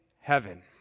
heaven